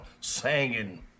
singing